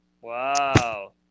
Wow